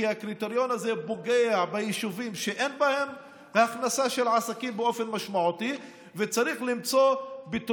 כי הקריטריון הזה פוגע ביישובים שאין בהם הכנסה משמעותית של עסקים,